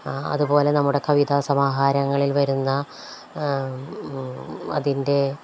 അതുപോലെ നമ്മുടെ കവിതാസമാഹാരങ്ങളിൽ വരുന്ന അതിൻ്റെ